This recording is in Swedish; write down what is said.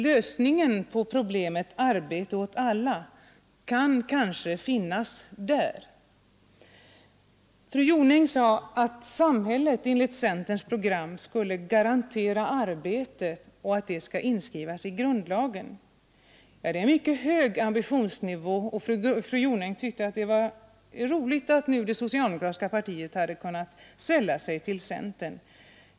Lösningen på problemet arbete åt alla kan kanske finnas där. Fru Jonäng sade att samhället enligt centerns program skulle garantera arbete och att det skulle inskrivas i grundlagen. Ja, det är en mycket hög ambitionsnivå, och fru Jonäng tyckte att det var roligt att det socialdemokratiska partiet nu hade kunnat sälja sig till centern.